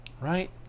Right